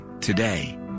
today